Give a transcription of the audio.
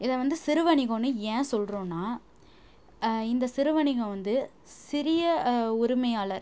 இதை வந்து சிறு வணிகனு ஏன் சொல்கிறோன்னா இந்த சிறு வணிகம் வந்து சிறிய உரிமையாளர்